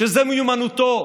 וזו מיומנותו.